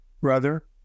brother